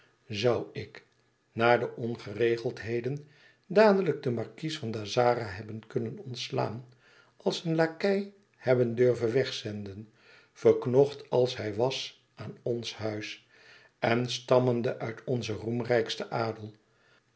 zoû ik na de ongeregeldheden dadelijk den markies van dazzara hebben kunnen ontslaan als een lakei hebben durven wegzenden verknocht als hij was aan ons huis en stammende uit onzen roemrijksten adel